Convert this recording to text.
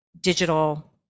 digital